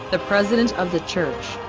the president of the church?